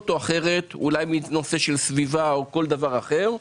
או אחרת; אולי מנושא סביבתי או כל דבר אחר,